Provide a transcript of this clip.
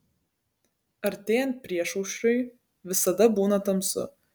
artėjant priešaušriui visada būna tamsu